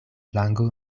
lango